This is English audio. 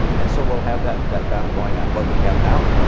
and so we'll have that that battle going on, what we have now.